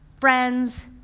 friends